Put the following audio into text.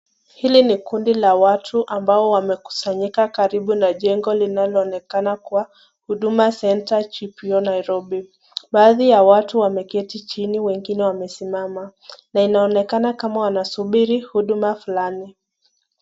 Hili ni kundi la watu ambao wamekusanyika karibu na jengo linaloonekana ikiwa Huduma Center GPO la Nairobi. Baadhi ya watu wameketi chini wengine wakiwa wamesimama na inaonekana kama wanasubiri huduma fulani.